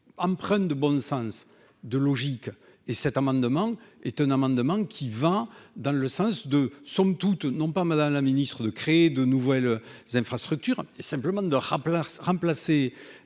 empreintes de bon sens de logique et cet amendement est un amendement qui va dans le sens de somme toute non pas Madame la Ministre, de créer de nouvelles infrastructures simplement de rap remplacer